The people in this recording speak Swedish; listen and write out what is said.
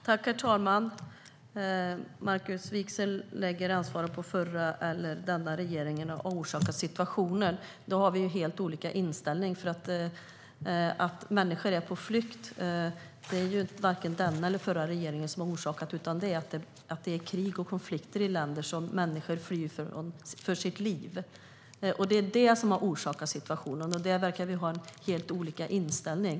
Herr talman! Markus Wiechel lägger ansvaret på den förra regeringen och denna regering; det är de som har orsakat situationen. Då har vi helt olika inställning. Varken denna eller den förra regeringen har orsakat att människor är på flykt. Det är krig och konflikter i länder som människor flyr från för sina liv. Det är det som har orsakat situationen. Där verkar vi ha helt olika inställning.